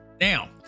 now